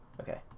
Okay